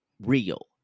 real